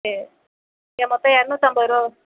சரி மொத்தம் இரநூத்தம்பதுருவா